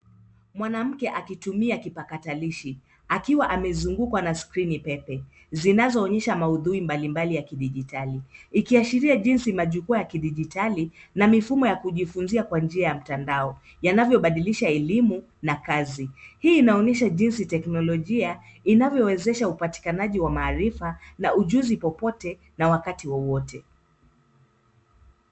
Mwanamke akitumia kipakatalisha akiwa amezungukwa na skrini pepe zinazoonyesha maudhui mbalimbali ya kidijitali. Ikiashiria jinsi majukwaa ya kidijitali na mifumo ya kujifunzia kwa njia ya mtandao, yanavyobadilisha elimu na kazi. Hii inaonyesha jinsi teknolojia, inavyowezesha upatikanaji wa maarifa na ujuzi popote na wakati wowote.